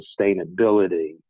sustainability